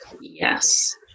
yes